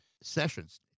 sessions